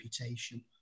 reputation